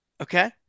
Okay